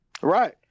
right